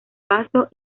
paso